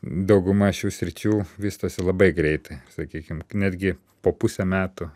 dauguma šių sričių vystosi labai greitai sakykim netgi po pusę metų